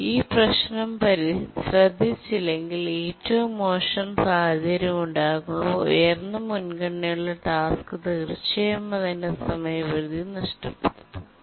ഈ പ്രശ്നം ശ്രദ്ധിച്ചില്ലെങ്കിൽ ഏറ്റവും മോശം സാഹചര്യം ഉണ്ടാകുമ്പോൾ ഉയർന്ന മുൻഗണനയുള്ള ടാസ്ക് തീർച്ചയായും അതിന്റെ സമയപരിധി നഷ്ടപ്പെടുത്തും